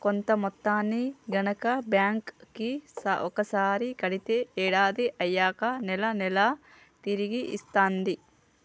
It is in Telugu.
కొంత మొత్తాన్ని గనక బ్యాంక్ కి ఒకసారి కడితే ఏడాది అయ్యాక నెల నెలా తిరిగి ఇస్తాంది